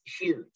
huge